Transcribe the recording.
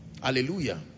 hallelujah